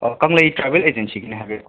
ꯀꯪꯂꯩ travel ꯑꯦꯖꯦꯟꯁꯤꯒꯤꯅꯦ ꯍꯥꯏꯕꯤꯔꯛꯑꯣ